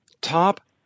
top